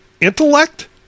intellect